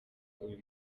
uyu